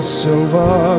silver